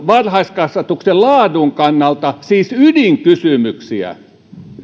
varhaiskasvatuksen laadun kannalta siis ydinkysymyksiä